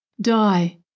Die